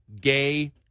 gay